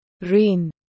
Rain